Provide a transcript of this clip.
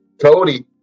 Cody